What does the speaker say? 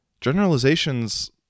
generalizations